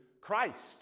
Christ